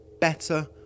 better